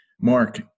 Mark